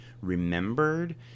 remembered